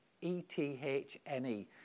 E-T-H-N-E